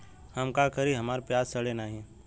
हम का करी हमार प्याज सड़ें नाही?